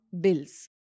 bills